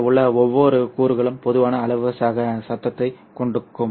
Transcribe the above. இங்கே உள்ள ஒவ்வொரு கூறுகளும் போதுமான அளவு சத்தத்தைக் கொடுக்கும்